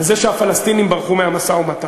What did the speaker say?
על זה שהפלסטינים ברחו מהמשא-ומתן.